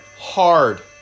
hard